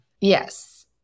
Yes